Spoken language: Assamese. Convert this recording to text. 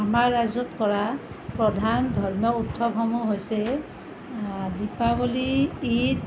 আমাৰ ৰাজ্যত কৰা প্ৰধান ধৰ্মীয় উৎসৱসমূহ হৈছে দীপাৱলী ঈদ